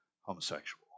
homosexual